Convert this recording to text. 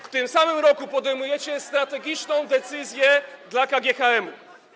W tym samym roku podejmujecie strategiczną decyzję dla KGHM.